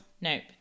Nope